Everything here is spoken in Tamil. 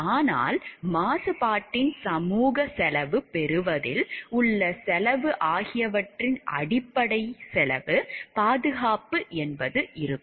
ஆனால் மாசுபாட்டின் சமூக செலவு பெறுவதில் உள்ள செலவு ஆகியவற்றின் அடிப்படையில் செலவு பாதுகாப்பு இருக்கும்